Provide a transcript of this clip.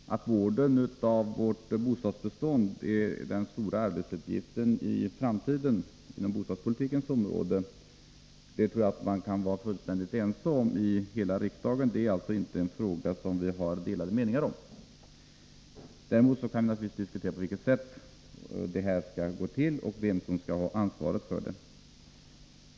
Herr talman! Att vården av vårt bostadsbestånd är den stora arbetsuppgifteni framtiden inom bostadspolitikens område tror jag att man är fullständigt ense om i riksdagen. Det är alltså inte en fråga som vi har delade meningar om. Däremot kan vi naturligtvis diskutera på vilket sätt uppgiften skall genomföras och vem som skall ha ansvaret för den.